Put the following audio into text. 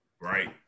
right